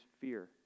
fear